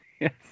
yes